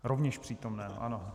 Rovněž přítomen, ano.